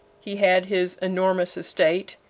he had his enormous estate,